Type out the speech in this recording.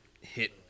hit